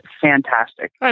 fantastic